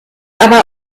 aber